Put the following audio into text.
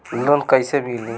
Loan कइसे मिली?